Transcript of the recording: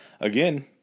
again